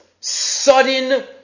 sudden